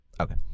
Okay